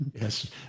Yes